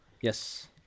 Yes